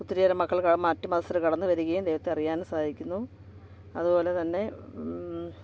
ഒത്തിരിയേറെ മക്കൾ മറ്റ് മതസ്ഥർ കടന്ന് വരികേം ദൈവത്തെ അറിയാൻ സാധിക്കുന്നു അതുപോലെ തന്നെ